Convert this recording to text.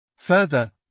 Further